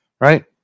Right